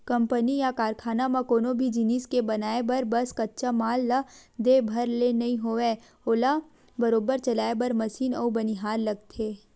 company या कारखाना म कोनो भी जिनिस के बनाय बर बस कच्चा माल ला दे भर ले नइ होवय ओला बरोबर चलाय बर मसीन अउ बनिहार लगथे